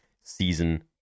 Season